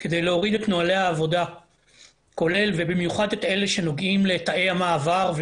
שהמצב כנראה חמור מספיק ומצדיק את התערבותו.